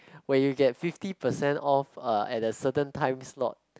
where you get fifty percent off at a certain time slot